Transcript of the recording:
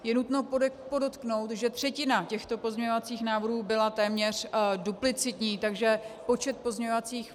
Je nutno podotknout, že třetina těchto pozměňovacích návrhů byla téměř duplicitní, takže počet pozměňovacích...